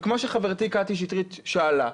וכמו שחברתי קטי שטרית שאלה,